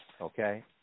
okay